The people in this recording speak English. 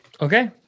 okay